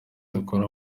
dukora